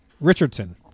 Richardson